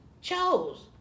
chose